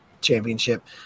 championship